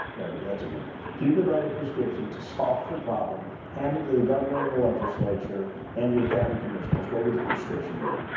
that's a new one, if you could write a prescription to solve the problem hand it to the governor and the legislature and your county commissioners what would the prescription be?